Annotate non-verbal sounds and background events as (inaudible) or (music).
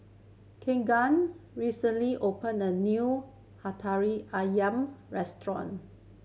Keagan recently opened a new (unintelligible) ayam restaurant